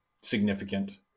significant